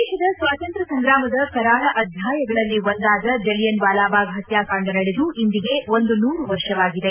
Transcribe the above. ದೇಶದ ಸ್ವಾತಂತ್ರ್ಯ ಸಂಗ್ರಾಮದ ಕರಾಳ ಅಧ್ಯಾಯಗಳಲ್ಲಿ ಒಂದಾದ ಜಲಿಯನ್ವಾಲಾಬಾಗ್ ಪತ್ಯಾಕಾಂಡ ನಡೆದು ಇಂದಿಗೆ ಒಂದು ನೂರು ವರ್ಷವಾಗಿದೆ